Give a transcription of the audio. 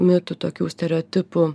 mitų tokių stereotipų